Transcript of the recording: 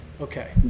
okay